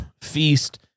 feast